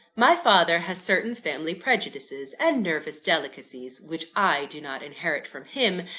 my father has certain family prejudices and nervous delicacies, which i do not inherit from him,